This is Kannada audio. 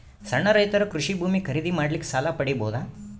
ಸಣ್ಣ ರೈತರು ಕೃಷಿ ಭೂಮಿ ಖರೀದಿ ಮಾಡ್ಲಿಕ್ಕ ಸಾಲ ಪಡಿಬೋದ?